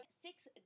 six